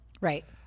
Right